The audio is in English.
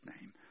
name